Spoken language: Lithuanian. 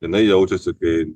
jinai jaučiasi kai